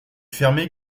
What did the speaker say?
fermée